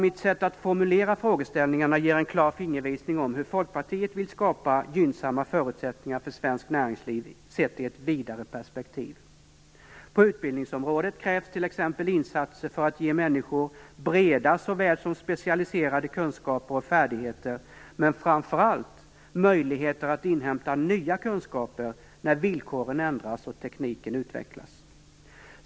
Mitt sätt att formulera frågeställningarna ger en klar fingervisning om hur Folkpartiet vill skapa gynnsamma förutsättningar för svenskt näringsliv, sett i ett vidare perspektiv. På utbildningsområdet krävs t.ex. insatser för att ge människor breda såväl som specialiserade kunskaper och färdigheter, men framför allt möjligheter att inhämta nya kunskaper när villkoren ändras och tekniken utvecklas.